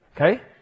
Okay